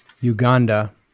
Uganda